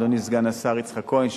אדוני סגן השר יצחק כהן,